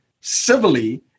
civilly